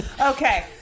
Okay